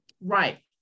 Right